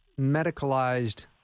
medicalized